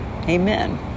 Amen